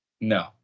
No